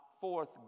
forth